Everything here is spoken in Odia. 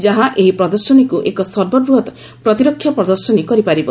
ଯାହା ଏହି ପ୍ରଦର୍ଶନୀକୁ ଏକ ସର୍ବବୃହତ୍ ପ୍ରତିରକ୍ଷା ପ୍ରଦର୍ଶନୀ କରିପାରିବ